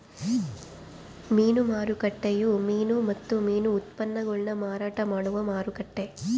ಮೀನು ಮಾರುಕಟ್ಟೆಯು ಮೀನು ಮತ್ತು ಮೀನು ಉತ್ಪನ್ನಗುಳ್ನ ಮಾರಾಟ ಮಾಡುವ ಮಾರುಕಟ್ಟೆ